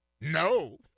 No